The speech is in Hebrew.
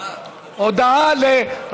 הודעה והצבעה.